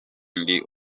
ndi